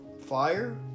fire